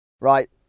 right